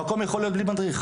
המקום יכול להיות בלי מדריך.